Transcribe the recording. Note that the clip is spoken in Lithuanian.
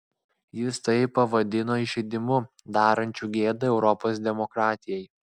jis tai pavadino įžeidimu darančiu gėdą europos demokratijai